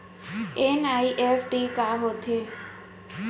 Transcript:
NEFT का होथे?